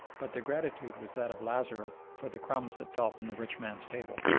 but their gratitude was that of lazarus for the crumbs that fell from the rich man's table.